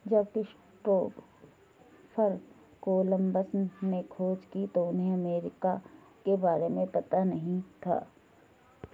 जब Christopher Columbus ने खोज की तो उन्हें अमेरिका के बारे में पता नहीं था